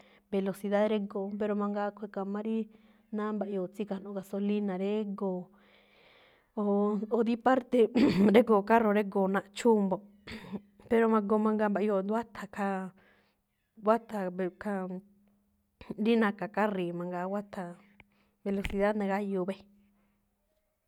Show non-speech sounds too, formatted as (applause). Velocidad régo̱o̱, pero mangaa, a̱ꞌkhue̱n ka̱ma rí ná mba̱ꞌyoo̱ tsí gajno̱ꞌ gasolina régo̱o̱. Oo (hesitation) oo dí parte, (noise) régo̱o̱ carro régo̱o̱ naꞌchúu mbo̱ꞌ. (noise) pero ma̱goo mangaa mba̱ꞌyoo̱ jndu wátha̱ khaa, wátha̱ ve- khaa (noise) rí na̱ka̱ kárii̱ mangaa, wátha̱ velocidad nagáyuu bée.